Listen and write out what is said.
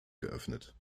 geöffnet